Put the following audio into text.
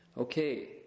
Okay